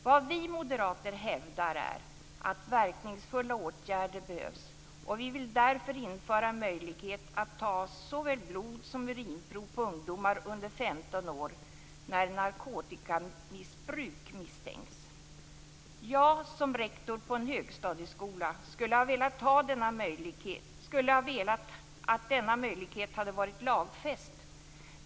Vad vi moderater hävdar är att verkningsfulla åtgärder behövs. Vi vill därför införa en möjlighet att ta såväl blod som urinprov på ungdomar under 15 år när narkotikamissbruk misstänks. Jag som rektor på en högstadieskola skulle ha velat att denna möjlighet hade varit lagfäst.